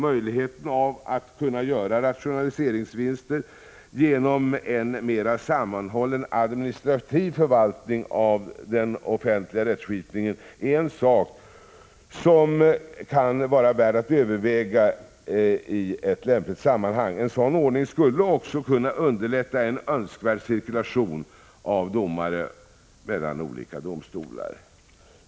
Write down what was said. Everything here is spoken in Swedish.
Möjligheten att göra rationaliseringsvinster genom en mera sammanhållen administrativ förvaltning av den offentliga rättskipningen är en sak som kan vara värd att överväga i ett lämpligt sammanhang. En sådan ordning skulle också kunna underlätta en önskvärd cirkulation av domare mellan olika domstolar.